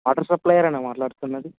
water సప్లయారా మాట్లాడుతున్నది